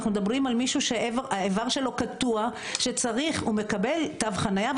אנחנו מדברים על מישהו שהאיבר שלו קטוע שמקבל תו חניה,